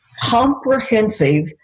comprehensive